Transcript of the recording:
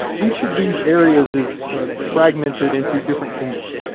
each of these areas is fragmented into different kingdoms.